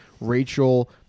Rachel